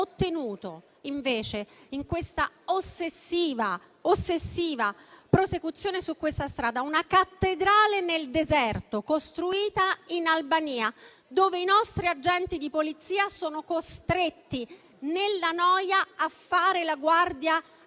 ottenuto, invece, con l'ossessiva prosecuzione su questa strada? Una cattedrale nel deserto costruita in Albania, dove i nostri agenti di Polizia sono costretti, nella noia, a fare la guardia